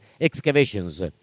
excavations